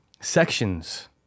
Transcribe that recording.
sections